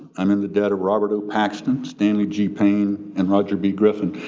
i'm in the debts of robert o. paxton, stanley g. payne and roger b. griffin.